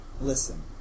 listen